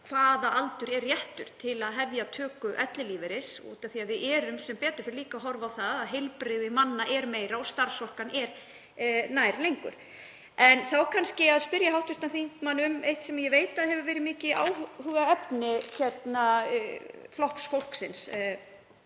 hvaða aldur sé réttur til að hefja töku ellilífeyris. Við erum sem betur fer líka að horfa á það að heilbrigði manna er meira og starfsorka endist lengur. Mig langar þá kannski að spyrja hv. þingmann um eitt sem ég veit að hefur verið mikið áhugaefni Flokks fólksins,